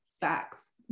facts